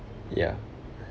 ya